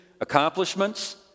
accomplishments